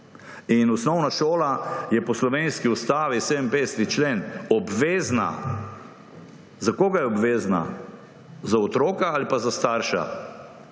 Osnovna šola je po slovenski Ustavi, 57. člen, obvezna. Za koga je obvezna, za otroka ali za starša?